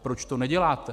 Proč to neděláte?